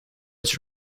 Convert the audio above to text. its